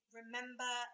remember